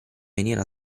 venire